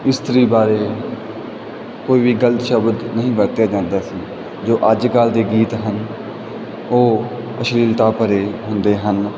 ਇਸਤਰੀ ਬਾਰੇ ਕੋਈ ਵੀ ਗਲਤ ਸ਼ਬਦ ਨਹੀਂ ਵਰਤਿਆ ਜਾਂਦਾ ਸੀ ਜੋ ਅੱਜ ਕੱਲ ਦੇ ਗੀਤ ਹਨ ਉਹ ਅਸ਼ਲੀਲਤਾ ਭਰੇ ਹੁੰਦੇ ਹਨ